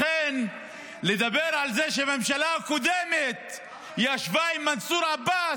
לכן לדבר על זה שהממשלה הקודמת ישבה עם מנסור עבאס?